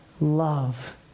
love